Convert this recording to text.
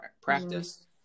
practice